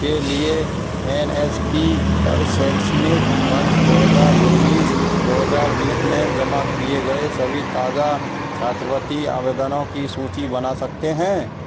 के लिए N S P पर शैक्षणिक वर्ष दो हज़ार उन्नीस दो हज़ार बीस मे जमा किए गए सभी ताजा छात्रवृत्ति आवेदनों की सूची बना सकते हैं